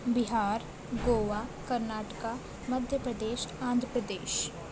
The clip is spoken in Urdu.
بہار گوا کرناٹک مدھیہ پردیش آندھر پردیش